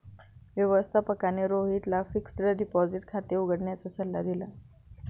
व्यवस्थापकाने रोहितला fixed deposit खाते उघडण्याचा सल्ला दिला